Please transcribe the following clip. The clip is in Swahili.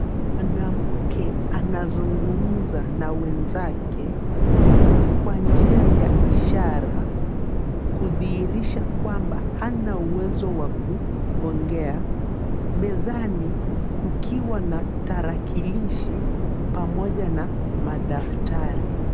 Mwanamke anazungumza na wenzake kwa njia ya ishara kudhihirisha kwamba hana uwezo wa kuongea, mezani kukiwa na tarakilishi pamoja na madaftari.